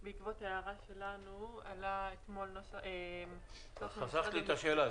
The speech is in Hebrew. בעקבות הערה שלנו עלה אתמול -- חסכת לי את השאלה.